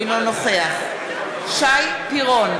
אינו נוכח שי פירון,